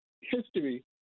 history